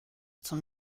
zum